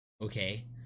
Okay